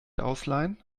ausleihen